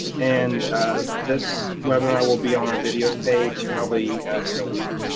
and this webinar will be on our videos page probably in a week,